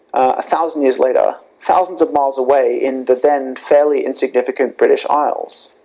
a thousand years later, thousands of miles away in the then fairly insignificant british isles.